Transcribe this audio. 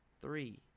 Three